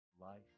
life